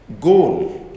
goal